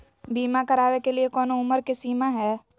बीमा करावे के लिए कोनो उमर के सीमा है?